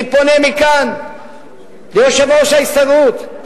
אני פונה מכאן ליושב-ראש ההסתדרות,